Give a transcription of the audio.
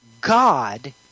God